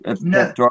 No